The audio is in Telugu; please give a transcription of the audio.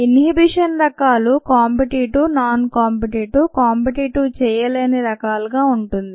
ఇన్హిబిషన్ రకాలు కాంపిటీటివ్ నాన్ కాంపిటీటివ్ కాంపిటీటివ్ చేయలేని రకాలుగా ఉంటుంది